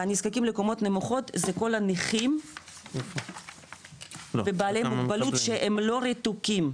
בנזקקים לקומות נמוכות זה כל הנכים ובעלי מוגבלות שהם לא רתוקים.